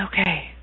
okay